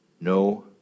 No